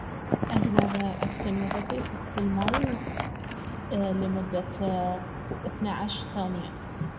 اقدر اكتم نفسي تحت الماي لمدة اثنا عشر ثانية